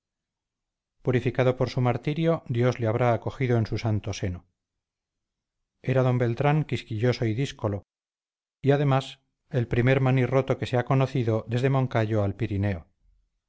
purificado por su martirio dios le habrá acogido en su santo seno era d beltrán quisquilloso y díscolo y además el primer manirroto que se ha conocido desde moncayo al pirineo